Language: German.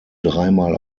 dreimal